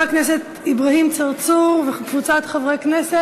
גברתי היושבת-ראש, זה קלאסי חוקה,